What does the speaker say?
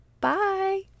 Bye